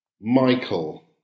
Michael